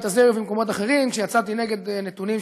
הזה ובמקומות אחרים כשיצאתי נגד נתונים,